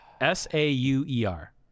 S-A-U-E-R